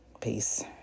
Peace